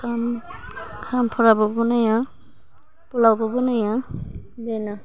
ओंखाम ओंखामफोराबो बनायो पुलावबो बनायो बेनो